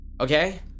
okay